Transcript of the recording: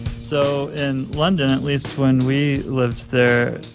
so in london at least when we lived there